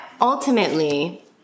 ultimately